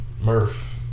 Murph